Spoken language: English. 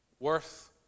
Worth